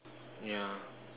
yeah